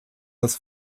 das